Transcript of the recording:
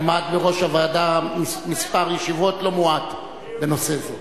עמד בראש הוועדה במספר ישיבות לא מועט בנושא זה.